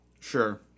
Sure